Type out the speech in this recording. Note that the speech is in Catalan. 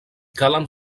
calen